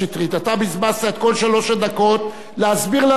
אתה בזבזת את כל שלוש הדקות להסביר לנו למה